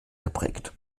geprägt